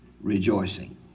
rejoicing